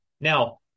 Now